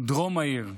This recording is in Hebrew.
דרום העיר,